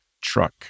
truck